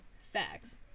facts